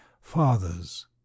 fathers